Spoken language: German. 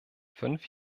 fünf